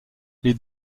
les